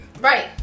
right